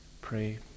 pray